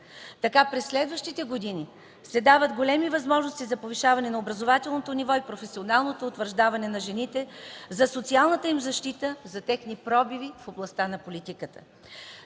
Така през следващите години се дават големи възможности за повишаване на образователното ниво и професионалното утвърждаване на жените, за социалната им защита, за техни пробиви в областта на политиката.